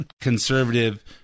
conservative